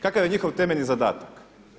Kakav je njihov temeljni zadatak?